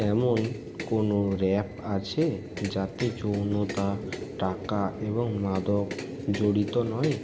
এমন কোনও র্যাপ আছে যাতে যৌনতা টাকা এবং মাদক জড়িত নয়